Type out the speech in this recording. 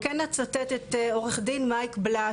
כן אצטט את עו"ד מייק בלס,